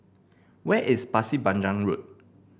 where is Pasir Panjang Road